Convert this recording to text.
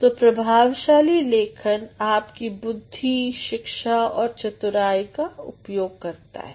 तो प्रभावशाली लेखन आपकी बुद्धि शिक्षा और चतुराई का उपयोग करता है